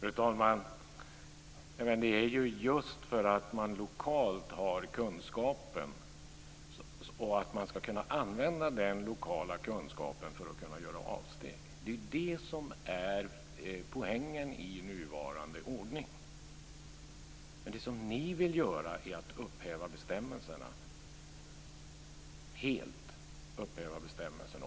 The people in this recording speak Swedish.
Fru talman! Det är ju just att man lokalt har kunskapen och att man ska kunna använda den lokala kunskapen för att kunna göra avsteg som är poängen i nuvarande ordning. Det som ni vill göra är att helt upphäva bestämmelserna.